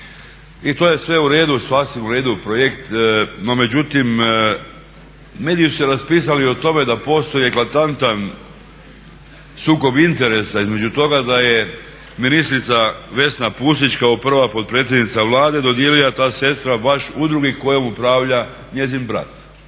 I to je sve u redu, sasvim u redu projekt, no međutim mediji su se raspisali o tome da postoji eklatantan sukob interesa između toga da je ministrica Vesna Pusić kao prva potpredsjednica Vlade dodijelila ta sredstva baš udruzi kojom upravlja njezin brat.